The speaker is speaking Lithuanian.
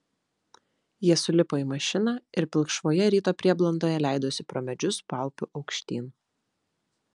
jie sulipo į mašiną ir pilkšvoje ryto prieblandoje leidosi pro medžius paupiu aukštyn